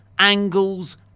angles